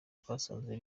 twasanze